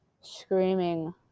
screaming